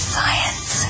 Science